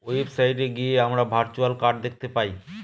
website গিয়ে আমরা virtual card দেখতে পাই